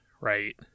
right